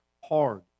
hard